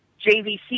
JVC